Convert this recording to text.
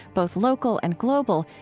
both local and global,